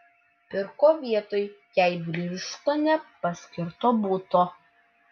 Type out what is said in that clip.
pirko vietoj jai birštone paskirto buto